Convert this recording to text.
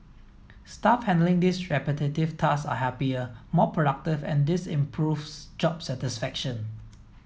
staff handling this repetitive tasks are happier more productive and this improves job satisfaction